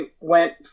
went